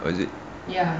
or is it